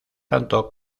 tanto